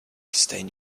stain